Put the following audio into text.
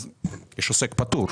יש עוסק פטור.